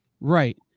Right